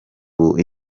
ubu